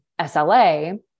SLA